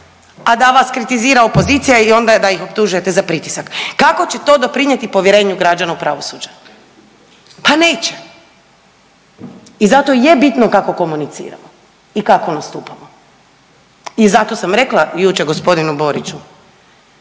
a da vas kritizira opozicija i onda da ih optužujete za pritisak, kako će to doprinjeti povjerenju građana u pravosuđe, pa neće i zato je bitno kako komuniciramo i kako nastupamo i zato sam rekla jučer g. Boriću